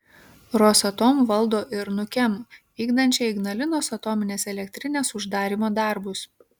rosatom valdo ir nukem vykdančią ignalinos atominės elektrinės uždarymo darbus